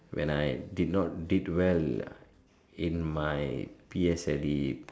when I did not did well in my P_S_L_E